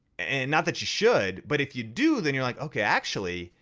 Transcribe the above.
and not that you should, but if you do then you're like, okay, actually,